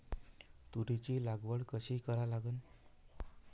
तुरीची लागवड कशी करा लागन?